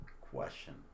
question